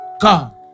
God